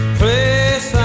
place